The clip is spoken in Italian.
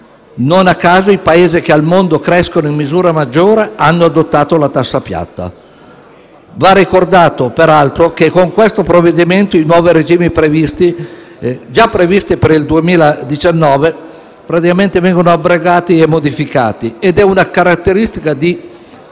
Non a caso, i Paesi che al mondo crescono in misura maggiore hanno adottato la tassa piatta. Va ricordato, peraltro, che con questo provvedimento i nuovi regimi, già previsti per il 2019, vengono abrogati e modificati ed è una caratteristica di